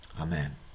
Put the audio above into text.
Amen